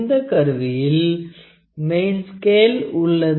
இந்த கருவியில் main scale உள்ளது